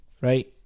right